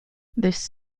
this